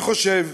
אני חושב